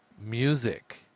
music